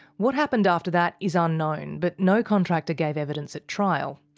what happened after that is unknown, but no contractor gave evidence at trial.